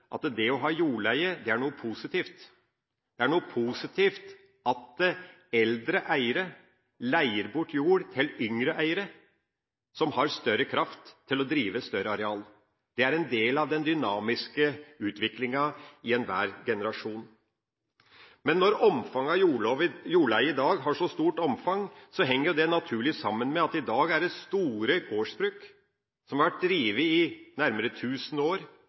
at det å ha jordleie, er noe positivt. Det er positivt at eldre eiere leier bort jord til yngre eiere som har større kraft til å drive større areal. Det er en del av den dynamiske utviklinga i enhver generasjon. Men når det er så stort omfang av jordleie i dag, henger det naturlig sammen med at det i dag er store gårdsbruk, som har vært drevet i nærmere 1 000 år